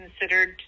considered